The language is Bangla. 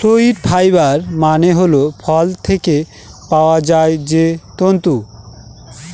ফ্রুইট ফাইবার মানে হল ফল থেকে পাওয়া যায় যে তন্তু